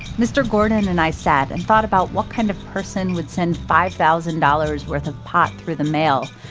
mr. gordon and i sat and thought about what kind of person would send five thousand dollars worth of pot through the mail,